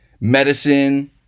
Medicine